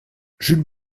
jules